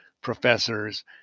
professors